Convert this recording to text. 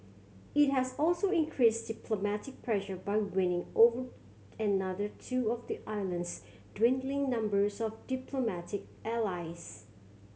it has also increased diplomatic pressure by winning over another two of the island's dwindling numbers of diplomatic allies